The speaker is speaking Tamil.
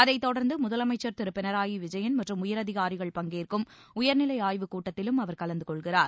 அதைத்தொடர்ந்து முதலமைச்சர் திரு பினராயி விஜயன் மற்றும் உயர் அதிகாரிகள் பங்கேற்கும் உயர்நிலை ஆய்வு கூட்டத்திலும் அவர் கலந்து கொள்கிறார்